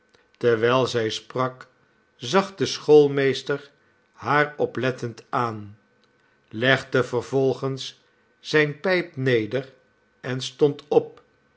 terwijl zij sprak zag de schoolmeester haar oplettend aan legde vervolgens zijne pijp neder en stond op